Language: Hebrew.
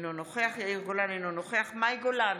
אינו נוכח יאיר גולן, אינו נוכח מאי גולן,